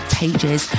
pages